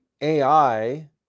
AI